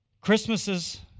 Christmases